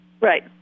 Right